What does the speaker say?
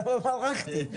למה מרחתי?